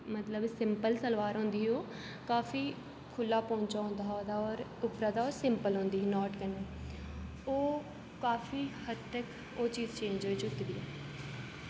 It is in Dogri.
मतलब सिंपल सलवार होंदी ही ओह् काफी खु'ल्ला पौंचा होंदा हा ओह्दा होर उप्परा दा ओह् सिंपल होंदी ही नाड कन्नै ओह् काफी हद्द तक ओह् चीज चेंज़ होई चुकी दी ऐ